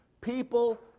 People